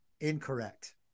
Incorrect